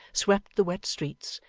swept the wet streets,